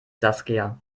saskia